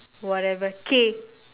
whatever K